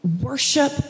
Worship